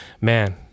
man